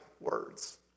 words